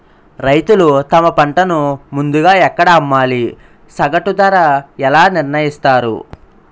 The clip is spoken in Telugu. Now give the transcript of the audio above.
రైతులు తమ పంటను ముందుగా ఎక్కడ అమ్మాలి? సగటు ధర ఎలా నిర్ణయిస్తారు?